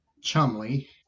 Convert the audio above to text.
Chumley